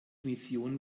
mission